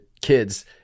kids